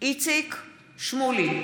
מתחייב אני איציק שמולי,